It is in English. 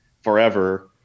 forever